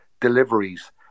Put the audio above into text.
deliveries